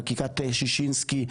חקיקת שישינסקי,